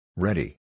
Ready